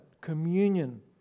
communion